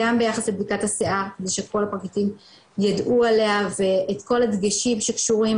גם ביחס לבדיקת השיער שכל הפרקליטים ידעו עליה ואת כל הדגשים שקשורים